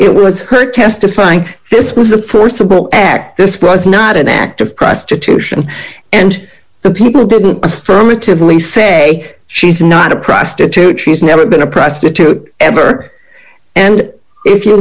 it was her testifying this was a forcible act this was not an act of prostitution and the people didn't affirmatively say she's not a prostitute she's never been a prostitute ever and if you